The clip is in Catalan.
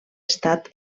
estat